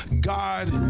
God